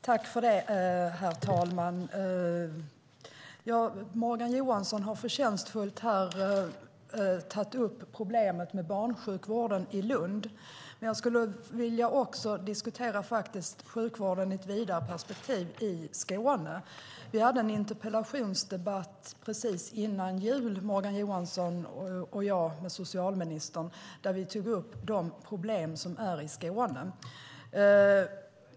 Herr talman! Morgan Johansson har förtjänstfullt tagit upp problemet med barnsjukvården i Lund. Jag skulle också vilja diskutera sjukvården i Skåne i ett vidare perspektiv. Morgan Johansson och jag hade en interpellationsdebatt med socialministern precis före jul. Där tog vi upp de problem som finns i Skåne.